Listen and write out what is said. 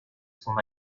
son